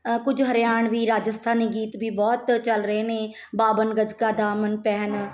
ਕੁਝ ਹਰਿਆਣਵੀ ਰਾਜਸਥਾਨੀ ਗੀਤ ਵੀ ਬਹੁਤ ਚੱਲ ਰਹੇ ਨੇ ਬਾਬਨ ਗਜ ਕਾ ਦਾਮਨ ਪਹਿਨ